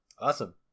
Awesome